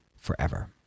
forever